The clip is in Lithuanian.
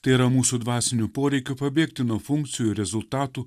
tai yra mūsų dvasinių poreikių pabėgti nuo funkcijų rezultatų